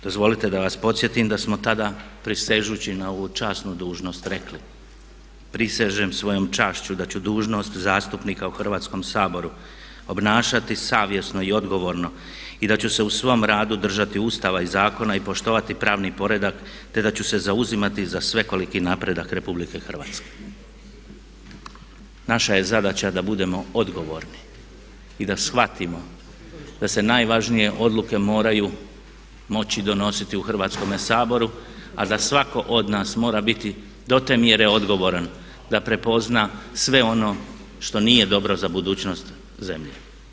Dozvolite da vas podsjetim da smo tada prisežući na ovu časnu dužnost rekli: „Prisežem svojom čašću da ću dužnost zastupnika u Hrvatskom saboru obnašati savjesno i odgovorno i da ću su se u svom radu držati Ustava i zakona i poštovati pravni poredak te da ću se zauzimati za svekoliki napredak RH.“ Naša je zadaća da budemo odgovorni i da shvatimo da se najvažnije odluke moraju moći donositi u Hrvatskome saboru a da svatko od nas mora biti do te mjere odgovoran da prepozna sve ono što nije dobro za budućnost zemlje.